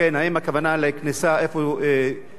ליד צומת דביר, תחנת הדלק "אלונית"?